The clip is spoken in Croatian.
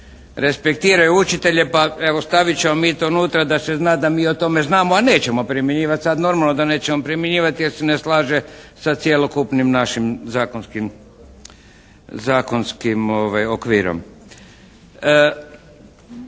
respektiraju učitelje, pa evo stavit ćemo mi tu 'nutra da se zna da mi o tome znamo, a nećemo primjenjivati. Sad normalno da nećemo primjenjivati jer se ne slaže sa cjelokupnim našim zakonskim okvirom.